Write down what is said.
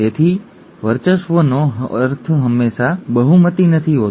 તેથી વર્ચસ્વનો અર્થ હંમેશાં બહુમતી હોતો નથી